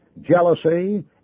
jealousy